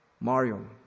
Mario